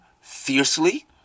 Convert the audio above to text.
fiercely